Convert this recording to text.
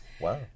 Wow